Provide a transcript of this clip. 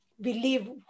believe